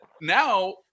now